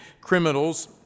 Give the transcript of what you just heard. criminals